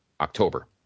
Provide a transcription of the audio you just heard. October